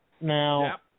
Now